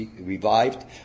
revived